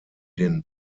den